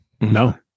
No